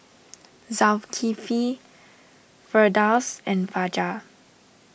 Zulkifli Firdaus and Fajar